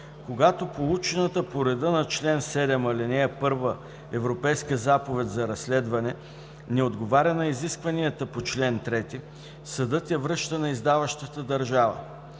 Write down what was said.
Когато получената по реда на чл. 7, ал. 1 Европейска заповед за разследване не отговаря на изискванията по чл. 3, съдът я връща на издаващата държава.